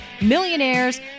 millionaires